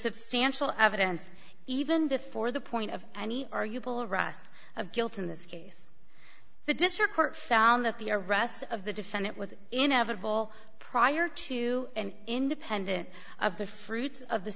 substantial evidence even before the point of any are you bill or us of guilt in this case the district court found that the arrest of the defendant was inevitable prior to and independent of the fruits of the